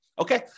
okay